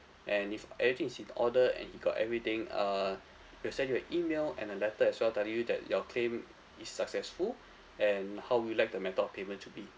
and if everything is in order and you got everything err they'll send you an email and a letter as well telling you that your claim is successful and how would you like the method of payment to be